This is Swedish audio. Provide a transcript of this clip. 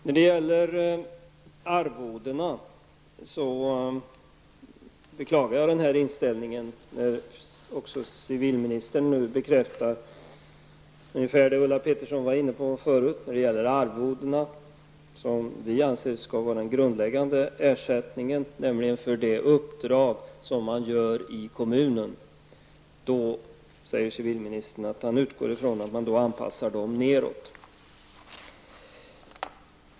När det gäller arvodena beklagar jag denna inställning när nu också civilministern bekräftar det Ulla Pettersson tog upp tidigare. Vi i centern anser att ersättningen skall vara grundläggande, nämligen för det uppdrag som man har i kommunen. Civilministern säger att han utgår från att ersättningen anpassas neråt.